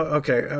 okay